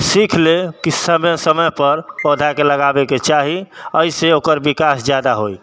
सीखि ले कि समय समयपर पौधाके लगाबैके चाही एहिसँ ओकर विकास ज्यादा होइ